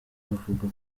bavuga